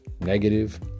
negative